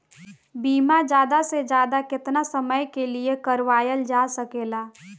बीमा ज्यादा से ज्यादा केतना समय के लिए करवायल जा सकेला?